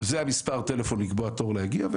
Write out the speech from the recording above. זה מספר הטלפון לאיפה קבוע תור להגיע,